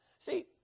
See